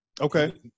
Okay